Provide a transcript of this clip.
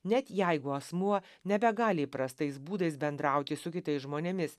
net jeigu asmuo nebegali įprastais būdais bendrauti su kitais žmonėmis